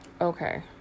Okay